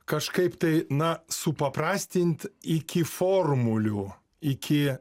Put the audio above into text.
kažkaip tai na supaprastint iki formulių iki